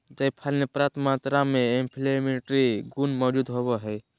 जायफल मे प्रयाप्त मात्रा में एंटी इंफ्लेमेट्री गुण मौजूद होवई हई